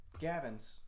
Gavin's